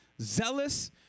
zealous